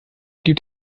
gibt